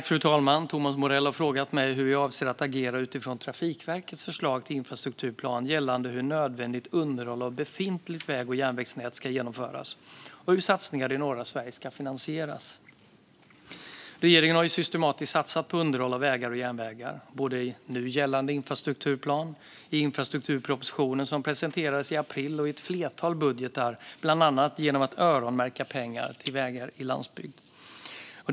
Fru talman! Thomas Morell har frågat mig hur jag avser att agera utifrån Trafikverkets förslag till infrastrukturplan gällande hur nödvändigt underhåll av befintligt väg och järnvägsnät ska genomföras och hur satsningar i norra Sverige finansieras. Regeringen har systematiskt satsat på underhåll av vägar och järnvägar både i nu gällande infrastrukturplan, i infrastrukturpropositionen som presenterades i april och i ett flertal budgetar, bland annat genom att öronmärka pengar till vägar på landsbygden.